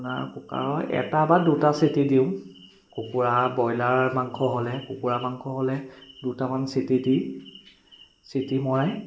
আপোনাৰ কুকাৰৰ এটা বা দুটা চিটি দিওঁ কুকুৰা ব্ৰইলাৰ মাংস হ'লে কুকুৰা মাংস হ'লে দুটামান চিটি দি চিটি মই